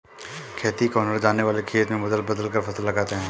खेती का हुनर जानने वाले खेत में बदल बदल कर फसल लगाते हैं